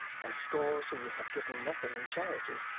and scores who would have given nothing in charity,